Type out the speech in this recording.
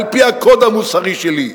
על-פי הקוד המוסרי שלי.